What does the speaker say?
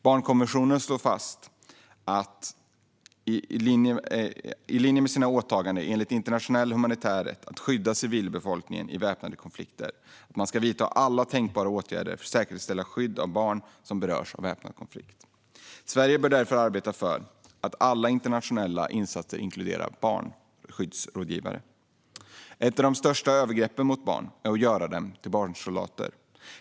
Barnkonventionen slår fast att konventionsstaterna, i linje med sina åtaganden enligt internationell humanitär rätt att skydda civilbefolkningen i väpnade konflikter, ska vidta alla tänkbara åtgärder för att säkerställa skydd av barn som berörs av väpnad konflikt. Sverige bör därför arbeta för att alla internationella insatser ska inkludera barnskyddsrådgivare. Ett av de största övergreppen mot barn är att göra dem till barnsoldater.